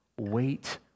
Wait